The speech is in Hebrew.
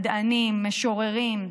מדענים ומשוררים.